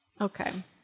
Okay